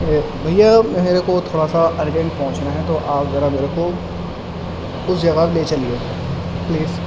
بھیا میرے کو تھوڑا سا ارجنٹ پہنچنا ہے تو آپ ذرا میرے کو اس جگہ لے چلیے پلیز